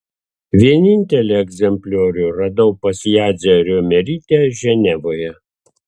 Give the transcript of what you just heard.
vienintelį egzempliorių radau pas jadzią riomerytę ženevoje